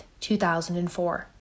2004